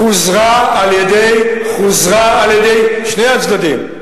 חוזרה על-ידי שני הצדדים.